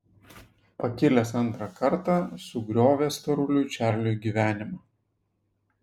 pakilęs antrą kartą sugriovė storuliui čarliui gyvenimą